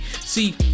See